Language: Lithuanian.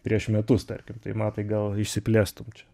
prieš metus tarkim tai matai gal išsiplėstum čia